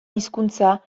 hizkuntza